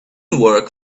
work